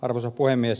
arvoisa puhemies